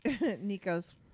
nico's